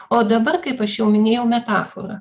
o dabar kaip aš jau minėjau metafora